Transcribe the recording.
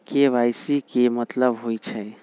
KYC के कि मतलब होइछइ?